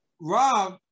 Rob